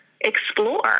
Explore